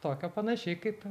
tokio panašiai kaip